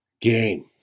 game